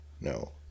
No